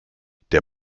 der